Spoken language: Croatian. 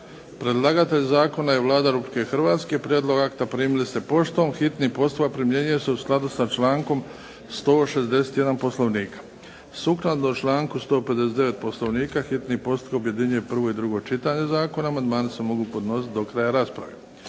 Predlagatelj zakona je Vlada Republike Hrvatske. Prijedlog akta primili ste poštom. Hitni postupak primjenjuje se u skladu sa člankom 161. Poslovnika. Sukladno članku 159. Poslovnika hitni postupak objedinjuje prvo i drugo čitanje zakona. Amandmani se mogu podnositi do kraja rasprave.